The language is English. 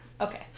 Okay